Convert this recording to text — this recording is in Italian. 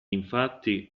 infatti